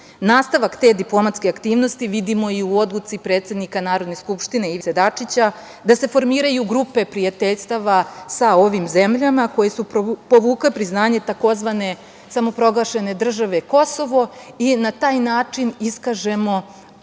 te diplomatske aktivnosti vidimo i u odluci predsednika Narodne skupštine, Ivice Dačića, da se formiraju grupe prijateljstava sa ovim zemljama koje su povukle priznanje, tzv. samoproglašene države kosovo i na taj način iskažemo